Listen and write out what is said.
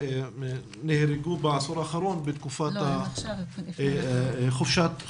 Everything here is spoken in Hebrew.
שנהרגו בעשור האחרון בתקופת חופשת הקיץ.